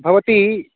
भवती